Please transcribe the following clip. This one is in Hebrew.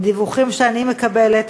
מדיווחים שאני מקבלת,